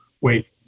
wait